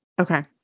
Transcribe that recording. Okay